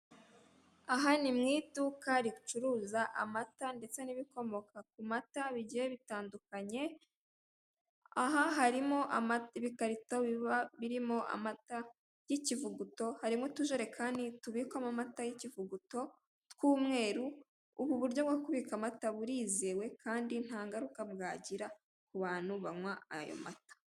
Aha ni mu iduka ricuruza amata ndetse n'ibikomoka ku mata bigiye bitandukanye, aha harimo ibikarito biba birimo amata y'ikivuguto, harimo utujerekani tubikwamo amata y'ikivuguto tw'umweru, ubu buryo bwo kubika amata burizewe kandi nta ngaruka bwagira ku bantu banywa ayo mata.